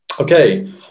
Okay